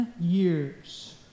years